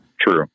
True